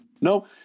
No